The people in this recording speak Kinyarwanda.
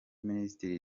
minisitiri